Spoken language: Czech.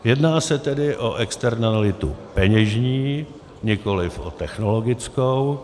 Jedná se tedy o externalitu peněžní, nikoliv o technologickou.